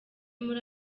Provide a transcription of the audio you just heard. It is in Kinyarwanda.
muri